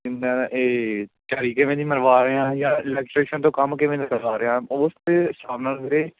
ਇਹਦਾ ਇਹ ਤਿਆਰੀ ਕਿਵੇਂ ਦੀ ਕਰਵਾ ਰਹੇ ਹਾਂ ਜਾਂ ਇਲੈਕਟ੍ਰੀਸ਼ਨ ਤੋਂ ਕੰਮ ਕਿਵੇਂ ਦਾ ਕਰਵਾ ਰਹੇ ਹਾਂ ਉਸ ਦੇ ਹਿਸਾਬ ਨਾਲ ਵੀਰੇ